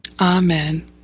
Amen